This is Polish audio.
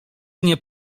nie